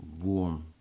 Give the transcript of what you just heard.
warm